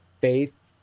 faith